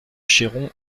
cheyron